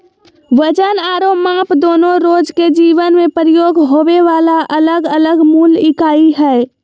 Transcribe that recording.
वजन आरो माप दोनो रोज के जीवन मे प्रयोग होबे वला अलग अलग मूल इकाई हय